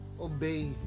obey